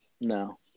No